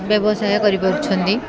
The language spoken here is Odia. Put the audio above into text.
ବ୍ୟବସାୟ କରିପାରୁଛନ୍ତି